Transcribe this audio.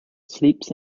sleeps